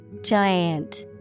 Giant